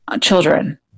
children